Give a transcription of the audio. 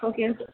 okay sir